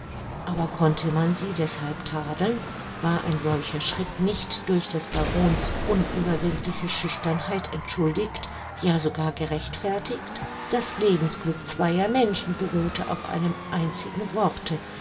aber konnte man sie deshalb tadeln war ein solcher schritt nicht durch des barons unüberwindliche schüchternheit entschuldigt ja sogar gerechtfertigt das lebensglück zweier menschen beruhte auf einem einzigen worte